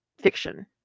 fiction